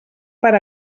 per